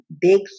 big